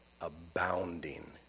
abounding